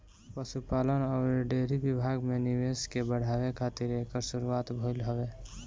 पशुपालन अउरी डेयरी विभाग में निवेश के बढ़ावे खातिर एकर शुरुआत भइल हवे